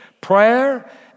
prayer